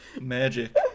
magic